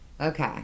Okay